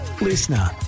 Listener